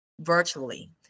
virtually